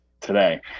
today